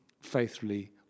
Faithfully